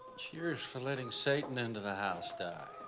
cheers for letting satan into the house di. oh,